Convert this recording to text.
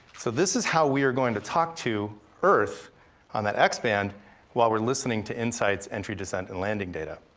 so this is how we are going to talk to earth on that x-band while we're listening to insight's entry, descent, and landing data.